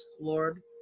Lord